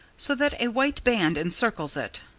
so that a white band encircles it.